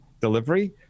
delivery